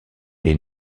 des